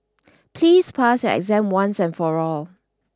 please pass your exam once and for all